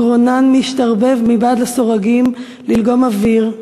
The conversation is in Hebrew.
גרונן/ משתרבב מבעד לסורגים ללגום אוויר/